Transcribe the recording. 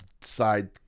side